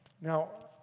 Now